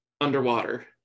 underwater